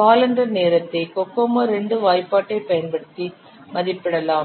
calendar நேரத்தை கோகோமோ 2 வாய்ப்பாடைப் பயன்படுத்தி மதிப்பிடலாம்